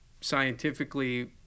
scientifically